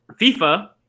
FIFA